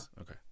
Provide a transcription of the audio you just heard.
Okay